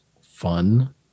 fun